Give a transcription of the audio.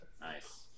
nice